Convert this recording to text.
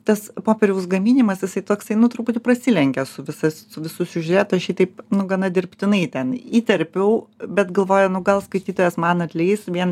tas popieriaus gaminimas jisai toksai nu truputį prasilenkia su visas su visu siužetu šitaip nu gana dirbtinai ten įterpiau bet galvoju nu gal skaitytojas man atleis vien